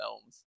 films